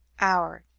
our